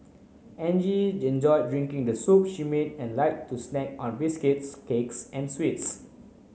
Angie enjoyed drinking the soup she made and liked to snack on biscuits cakes and sweets